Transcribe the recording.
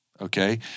Okay